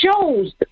shows